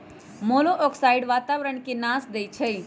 मोलॉक्साइड्स वातावरण के नाश देई छइ